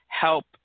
help